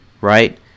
right